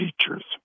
teachers